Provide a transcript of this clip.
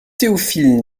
théophile